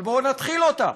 אבל בואו נתחיל אותה.